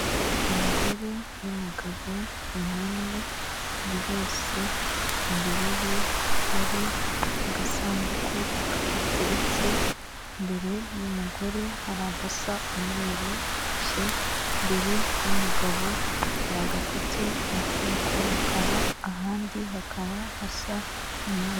Umugore n'umugabo bunamye, buri wese imbere ye hari agasanduku kahateretse, imbere y'umugore hari agasa umweru, imbere y'umugabo hari agafite umufuniko w'umukara ahandi hakaba hasa umweru.